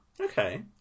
Okay